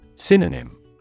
Synonym